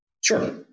Sure